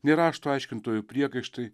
nei rašto aiškintojų priekaištai